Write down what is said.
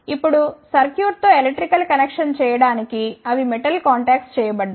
ఇప్పుడు సర్క్యూట్ తో electrical connection చేయడానికి అవి మెటల్ కాంటాక్ట్స్ చేయబడ్డాయి